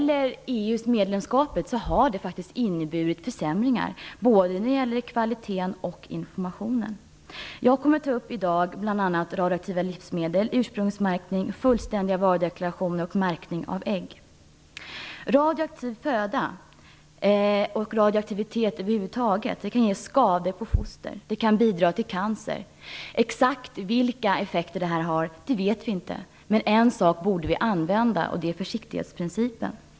EU-medlemskapet har inneburit försämringar både när det gäller kvaliteten och informationen. Jag kommer i dag att tala om bl.a. radioaktiva livsmedel, ursprungsmärkning, fullständiga varudeklarationer och märkning av ägg. Radioaktiv föda och radioaktivitet över huvud taget kan ge skador på foster, och det kan bidra till cancer. Exakt vilka effekter det har vet vi inte. Men en sak borde vi använda, och det är försiktighetsprincipen.